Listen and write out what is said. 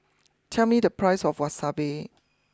tell me the price of Wasabi